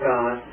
God